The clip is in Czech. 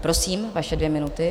Prosím, vaše dvě minuty.